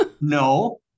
no